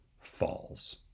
falls